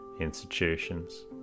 institutions